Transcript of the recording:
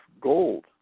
gold